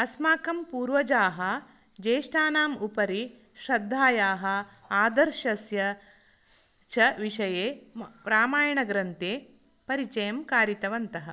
अस्माकं पूर्वजाः ज्येष्ठानाम् उपरि श्रद्धायाः आदर्शस्य च विषये रामायणग्रन्थे परिचयम् कारितवन्तः